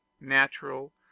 natural